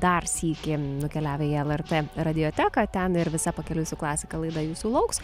dar sykį nukeliavę į lrt radioteką ten ir visa pakeliui su klasika laida jūsų lauks